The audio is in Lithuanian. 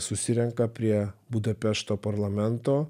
susirenka prie budapešto parlamento